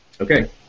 Okay